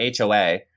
HOA